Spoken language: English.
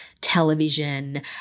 television